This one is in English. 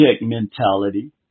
mentality